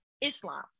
Islam